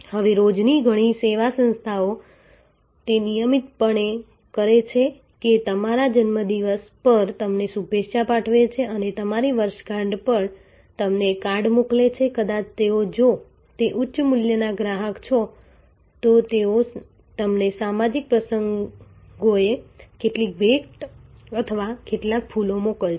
હવે રોજની ઘણી સેવા સંસ્થાઓ તે નિયમિતપણે કરે છે કે તમારા જન્મદિવસ પર તમને શુભેચ્છા પાઠવે છે અને તમારી વર્ષગાંઠ પર તમને કાર્ડ મોકલે છે કદાચ તેઓ જો તમે ઉચ્ચ મૂલ્યના ગ્રાહક છો તો તેઓ તમને સામાજિક પ્રસંગોએ કેટલીક ભેટ અથવા કેટલાક ફૂલો મોકલશે